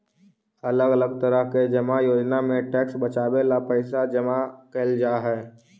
अलग अलग तरह के जमा योजना में टैक्स बचावे ला पैसा जमा कैल जा हई